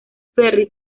ferry